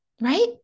right